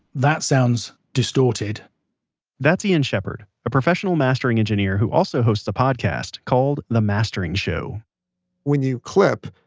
that sounds distorted that's ian shepherd, a professional mastering engineer who also hosts a podcast called the mastering show when you clip,